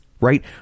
right